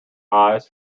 eyes